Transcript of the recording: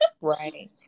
Right